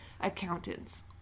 accountants